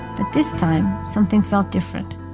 but this time, something felt different.